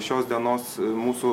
šios dienos mūsų